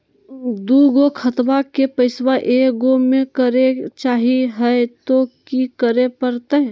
दू गो खतवा के पैसवा ए गो मे करे चाही हय तो कि करे परते?